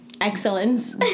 excellence